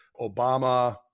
Obama